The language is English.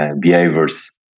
behaviors